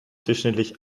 durchschnittlich